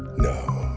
no.